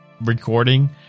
recording